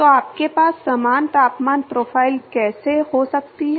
तो आपके पास समान तापमान प्रोफ़ाइल कैसे हो सकती है